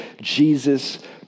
Jesus